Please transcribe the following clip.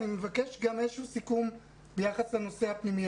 אני מבקש גם איזשהו סיכום ביחס לפנימייה.